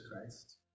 Christ